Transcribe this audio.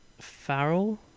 Farrell